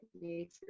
nature